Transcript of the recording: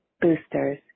boosters